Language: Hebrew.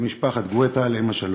למשפחת גואטה, עליהם השלום,